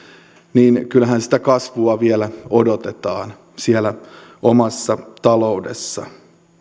niin kyllähän sitä kasvua vielä odotetaan siellä omassa taloudessa